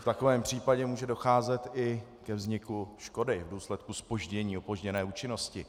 V takovém případě může docházet i ke vzniku škody v důsledku zpoždění, opožděné účinnosti.